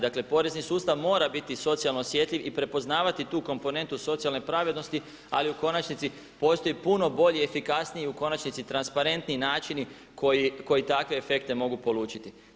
Dakle, porezni sustav mora biti socijalno osjetljiv i prepoznavati tu komponentu socijalne pravednosti, ali u konačnici postoji puno bolji i efikasniji u konačnici i transparentniji načini koji takve efekte mogu polučiti.